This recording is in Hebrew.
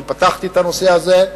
אני פתחתי את הנושא הזה,